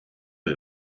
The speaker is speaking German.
der